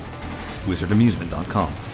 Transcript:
Wizardamusement.com